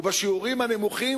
ובשיעורים הנמוכים,